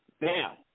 now